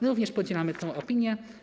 My również podzielamy tę opinię.